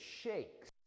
shakes